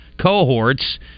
cohorts